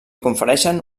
confereixen